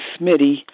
Smitty